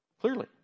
Clearly